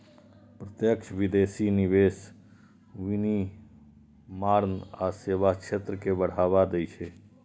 प्रत्यक्ष विदेशी निवेश विनिर्माण आ सेवा क्षेत्र कें बढ़ावा दै छै